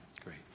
Great